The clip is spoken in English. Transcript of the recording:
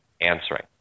answering